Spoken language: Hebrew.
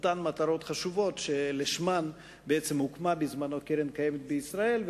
אותן מטרות חשובות שלשמן בעצם הוקמה קרן קיימת לישראל.